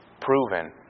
proven